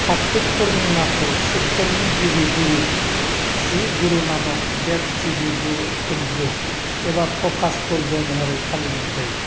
कार्तिक पुर्निमाखौ सिखफोरनि गिबि गुरु श्री गुरु नानक देब जीनि गुरु पुर्ब एबा प्रकाश पुर्ब महरै फालिनाय जायो